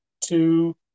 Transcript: two